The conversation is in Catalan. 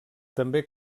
també